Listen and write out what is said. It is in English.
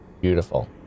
Beautiful